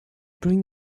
bring